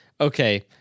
okay